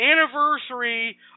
anniversary